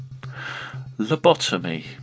Lobotomy